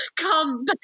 come